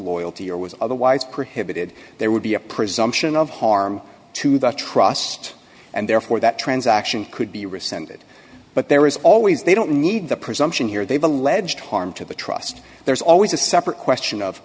loyalty or was otherwise prohibited there would be a presumption of harm to the trust and therefore that transaction could be rescinded but there is always they don't need the presumption here they've alleged harm to the trust there's always a separate question of